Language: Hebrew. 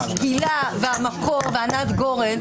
הילה והמקור וענת גורן,